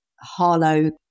Harlow